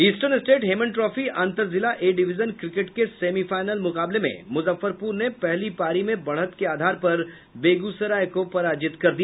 eastern state Hemant trophy अंतरजिला A division cricket के semifinal मुकाबले में मुजफ्फरपुर ने पहली पारी में बढ़त के आधार पर बेगूसराय को पराजित कर दिया